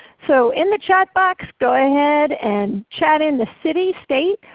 so in the chat box go ahead and chat in the city, state,